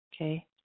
Okay